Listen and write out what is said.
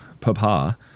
Papa